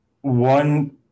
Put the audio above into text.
one